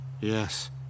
Yes